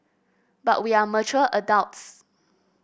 but we are mature adults